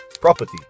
property